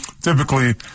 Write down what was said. typically